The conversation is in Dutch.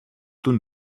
toen